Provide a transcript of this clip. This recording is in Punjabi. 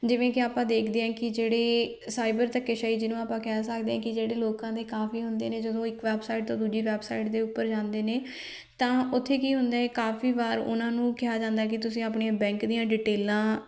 ਜਿਵੇਂ ਕਿ ਆਪਾਂ ਦੇਖਦੇ ਹਾਂ ਕਿ ਜਿਹੜੇ ਸਾਈਬਰ ਧੱਕੇਸ਼ਾਹੀ ਜਿਹਨੂੰ ਆਪਾਂ ਕਹਿ ਸਕਦੇ ਹਾਂ ਕਿ ਜਿਹੜੇ ਲੋਕਾਂ ਦੇ ਕਾਫੀ ਹੁੰਦੇ ਨੇ ਜਦੋਂ ਇੱਕ ਵੈਬਸਾਈਟ ਤੋਂ ਦੂਜੀ ਵੈਬਸਾਈਟ ਦੇ ਉੱਪਰ ਜਾਂਦੇ ਨੇ ਤਾਂ ਉੱਥੇ ਕੀ ਹੁੰਦਾ ਕਾਫੀ ਵਾਰ ਉਹਨਾਂ ਨੂੰ ਕਿਹਾ ਜਾਂਦਾ ਕਿ ਤੁਸੀਂ ਆਪਣੀਆਂ ਬੈਂਕ ਦੀਆਂ ਡਿਟੇਲਾਂ